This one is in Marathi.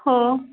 हो